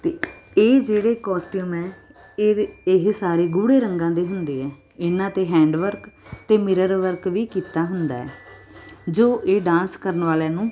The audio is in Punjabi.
ਅਤੇ ਇਹ ਜਿਹੜੇ ਕੋਸਟਿਊਮ ਹੈ ਇਹ ਇਹ ਸਾਰੇ ਗੂੜ੍ਹੇ ਰੰਗਾਂ ਦੇ ਹੁੰਦੇ ਹੈ ਇਹਨਾਂ 'ਤੇ ਹੈਂਡ ਵਰਕ ਅਤੇ ਮਿਰਰ ਵਰਕ ਵੀ ਕੀਤਾ ਹੁੰਦਾ ਜੋ ਇਹ ਡਾਂਸ ਕਰਨ ਵਾਲਿਆਂ ਨੂੰ